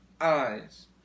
eyes